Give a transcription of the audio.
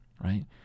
right